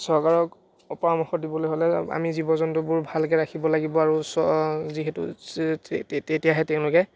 চৰকাৰক পৰামৰ্শ দিবলৈ হ'লে আমি জীৱ জন্তুবোৰ ভালকৈ ৰাখিব লাগিব আৰু চ' যিহেতু তেতিয়াহে তেওঁলোকে